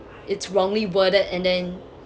it's wrongly worded and then